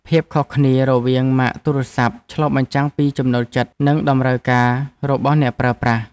ភាពខុសគ្នារវាងម៉ាកទូរស័ព្ទ ឆ្លុះបញ្ចាំងពីចំណូលចិត្ត និងតម្រូវការរបស់អ្នកប្រើប្រាស់។